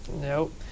Nope